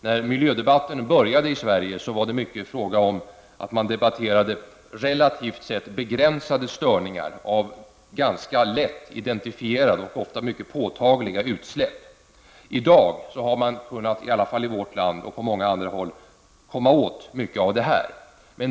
När miljödebatten började i Sverige, var det mycket fråga om att man debatterade relativt sett begränsade störningar av ganska lätt identifierade och ofta mycket påtagliga utsläpp. I dag har man, i alla fall i vårt land och på många andra håll, kunnat komma åt mycket av detta.